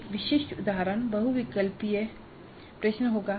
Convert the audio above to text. एक विशिष्ट उदाहरण बहुविकल्पीय प्रश्न होगा